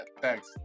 Thanks